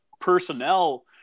personnel